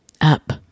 up